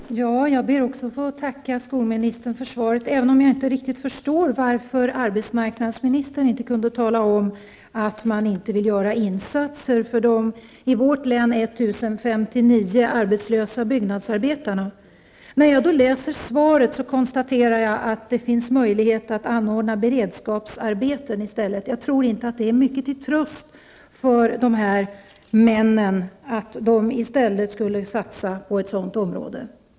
Herr talman! Också jag ber att få tacka skolministern för svaret, även om jag inte riktigt förstår varför arbetsmarknadsministern inte kunde tala om att man inte vill göra insatser för de i mitt hemlän 1 059 arbetslösa byggnadsarbetarna. När jag läser svaret, konstaterar jag att det finns möjlighet att i stället anordna beredskapsarbeten. Jag tror inte att det är mycket till tröst för dessa män att de i stället skulle satsa på ett sådant område.